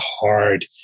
hard